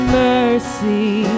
mercy